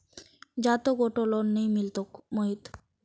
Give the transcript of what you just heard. जा, तोक auto loan नइ मिलतोक मोहित